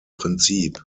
prinzip